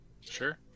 sure